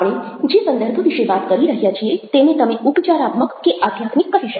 આપણે જે સંદર્ભ વિશે વાત કરી રહ્યા છીએ તેને તમે ઉપચારાત્મક કે આધ્યાત્મિક કહી શકો